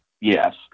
Yes